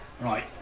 Right